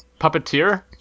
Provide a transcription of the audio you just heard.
puppeteer